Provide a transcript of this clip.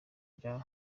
bya